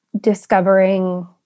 discovering